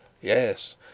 Yes